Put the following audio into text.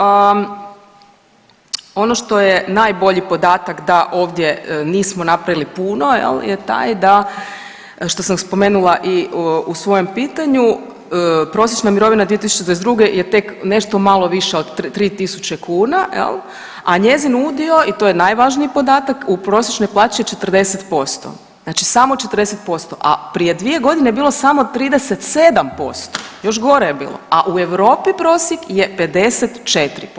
A ono što je najbolji podatak da ovdje nismo napravili puno je taj da što sam spomenula i u svojem pitanju, prosječna mirovina 2022. je tek nešto malo viša od 3.000 kuna, a njezin udio i to je najvažniji podatak u prosječnoj plaći je 40%, samo 40%, a prije dvije godine je bilo samo 37% još gore je bilo, a u Europi prosjek je 54%